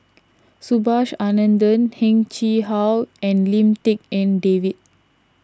Subhas Anandan Heng Chee How and Lim Tik En David